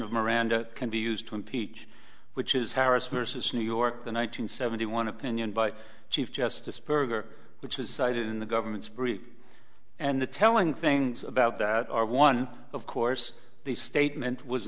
of miranda can be used to impeach which is harris versus new york the one nine hundred seventy one opinion by chief justice berger which was cited in the government's brief and the telling things about that are one of course the statement was